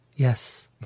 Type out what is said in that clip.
Yes